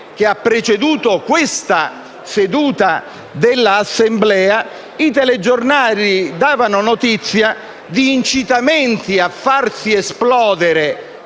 che ha preceduto la seduta di Assemblea i telegiornali davano notizia di incitamenti a farsi esplodere